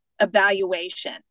evaluation